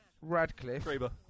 Radcliffe